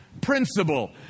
principle